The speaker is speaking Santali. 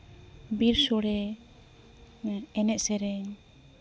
ᱵᱤᱨ ᱥᱳᱲᱮ ᱮᱱᱮᱡ ᱥᱮᱨᱮᱧ